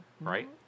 right